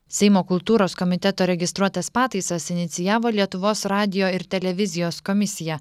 seimo kultūros komiteto registruotas pataisas inicijavo lietuvos radijo ir televizijos komisija